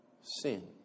sin